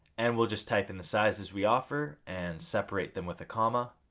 and we'll just type in the sizes we offer and separate them with a comma.